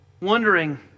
wondering